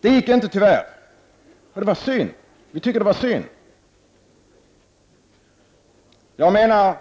Det gick tyvärr inte, och jag tycker att det var synd. Jag menar